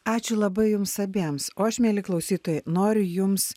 ačiū labai jums abiems o aš mieli klausytojai noriu jums